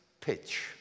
pitch